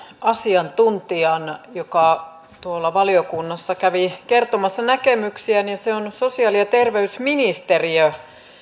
asiantuntijan joka tuolla valiokunnassa kävi kertomassa näkemyksiään ja se on sosiaali ja terveysministeriö